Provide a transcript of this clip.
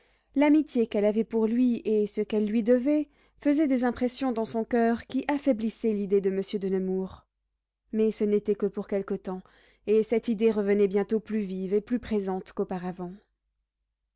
l'amitié qu'elle avait pour lui et ce qu'elle lui devait faisaient des impressions dans son coeur qui affaiblissaient l'idée de monsieur de nemours mais ce n'était que pour quelque temps et cette idée revenait bientôt plus vive et plus présente qu'auparavant